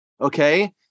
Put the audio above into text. okay